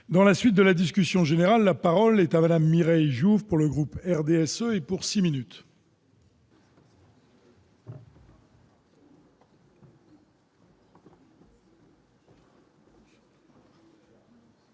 dans la suite de la discussion générale, la parole est à la Mireille Jouve pour le groupe RDSE et pour 6 minutes.